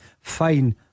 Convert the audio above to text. Fine